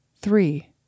three